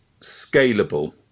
scalable